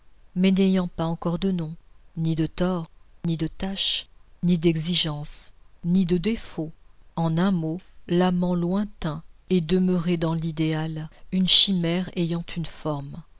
mais n'ayant pas encore de nom ni de tort ni de tache ni d'exigence ni de défaut en un mot l'amant lointain et demeuré dans l'idéal une chimère ayant une forme